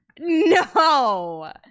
no